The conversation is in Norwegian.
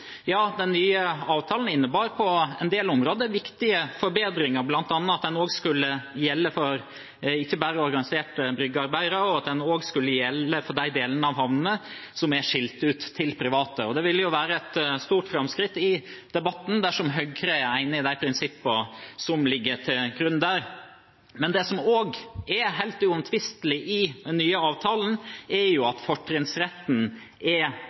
Ja, den nye avtalen innebar viktige forbedringer på en del områder, bl.a. at den ikke bare skulle gjelde for organiserte byggearbeidere, men at den også skulle gjelde for de delene av havnene som er skilt ut til private. Det ville være et stort framskritt i debatten dersom Høyre er enig i prinsippene som ligger til grunn der. Men det som også er helt uomtvistelig i den nye avtalen, er at fortrinnsretten er